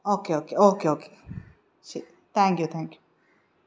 okay okay okay okay ശരി thank you thank you